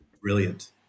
Brilliant